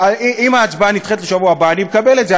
אם ההצבעה נדחית לשבוע הבא, אני מקבל את זה.